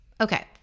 okay